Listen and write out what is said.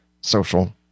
social